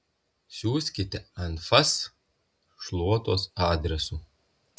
siųskite anfas šluotos adresu